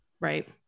Right